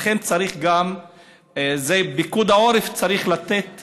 לכן, פיקוד העורף צריך לתת